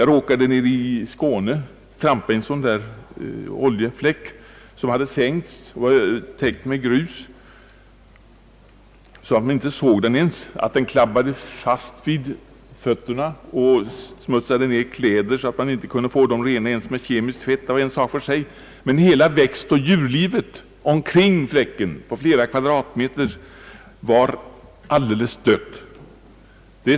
Jag har själv i Skåne råkat trampa i ett oljelager som hade övertäckts med grus, så att det inte ens var synligt. Att oljan klibbade fast vid fötterna och smutsade ned kläderna, så att dessa inte kunde rengöras ens med kemisk tvätt, var en sak för sig. Allvarligare var att hela växtoch djurlivet omkring denna fläck på flera kvadratmeters omkrets var alldeles dött.